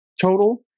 Total